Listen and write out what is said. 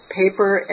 paper